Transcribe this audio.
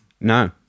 No